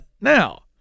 now